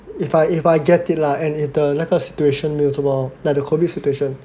if I if I get it lah and the 那个 situation 没有这么 COVID situation